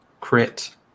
crit